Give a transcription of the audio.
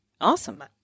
awesome